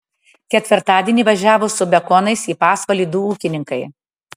ketvirtadienį važiavo su bekonais į pasvalį du ūkininkai